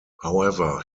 however